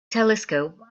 telescope